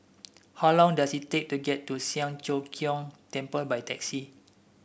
how long does it take to get to Siang Cho Keong Temple by taxi